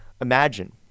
imagine